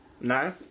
No